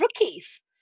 rookies